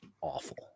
awful